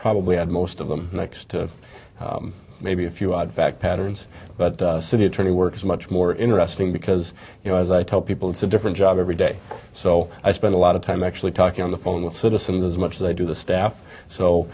probably had most of them next to maybe a few odd fact patterns but the city attorney works much more interesting because you know as i tell people it's a different job every day so i spend a lot of time actually talking on the phone with citizens as much as they do the staff so